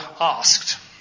asked